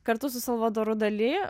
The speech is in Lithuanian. kartu su salvadoru dali